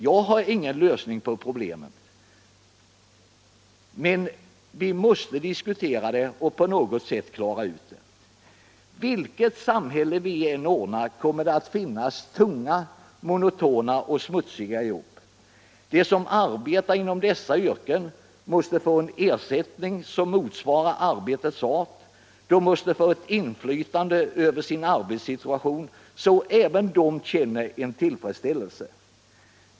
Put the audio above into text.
Jag har ingen lösning på problemen, men vi måste diskutera dem och på något sätt klara ut dem. Vilket samhälle vi än ordnar kommer det att finnas tunga, monotona och smutsiga jobb. De som arbetar inom dessa yrken måste få en ersättning som motsvarar arbetets art, de måste få ett inflytande över sin arbetssituation så att även de känner tillfredsställelse.